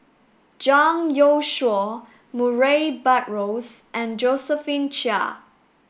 Zhang Youshuo Murray Buttrose and Josephine Chia